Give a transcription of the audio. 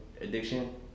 addiction